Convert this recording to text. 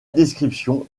description